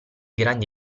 grandi